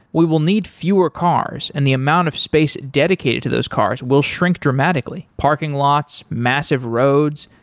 we will need fewer cars and the amount of space dedicated to those cars will shrink dramatically. parking lots, massive roads,